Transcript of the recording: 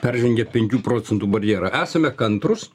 peržengia penkių procentų barjerą esame kantrūs